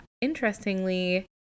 interestingly